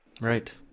right